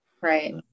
Right